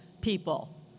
people